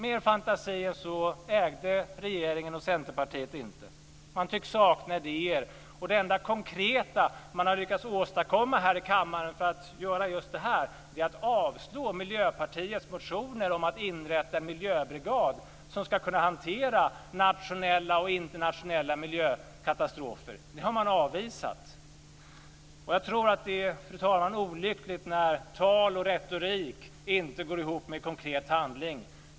Mer fantasi än så ägde inte regeringen och Centerpartiet. Man tycks sakna idéer. Det enda konkreta man har lyckats åstadkomma här i kammaren för att göra just det här är att avslå Miljöpartiets motioner om att inrätta en miljöbrigad som ska kunna hantera nationella och internationella miljökatastrofer. Det har man avvisat. Fru talman! Jag tror att det är olyckligt när tal och retorik inte går ihop med konkret handling.